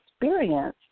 experience